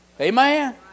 Amen